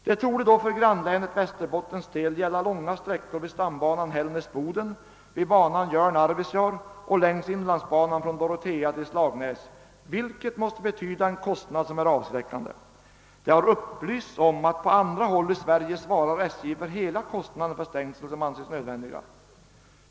Det torde för grannlänet Västerbottens del gälla långa sträckor vid stambanan Hällnäs Boden, vid banan Jörn—Arvidsjaur och längs inlandsbanan från Dorotea till Slagnäs, vilket måste betyda en kostnad som är avskräckande. Det har upplysts om att på andra håll i Sverige SJ svarar för hela kostnaden för stängsel som anses nödvändiga.